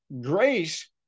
grace